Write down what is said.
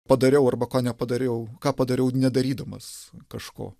padariau arba ko nepadariau ką padariau nedarydamas kažko